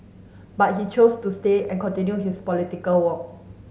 but he chose to stay and continue his political work